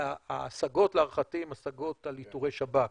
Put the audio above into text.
ההשגות להערכתי הן השגות על איתורי שב"כ.